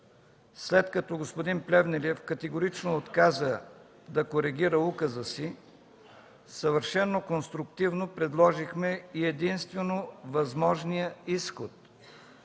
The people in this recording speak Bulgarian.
След като господин Плевнелиев категорично отказа да коригира указа си, съвършено конструктивно предложихме и единствено възможния изход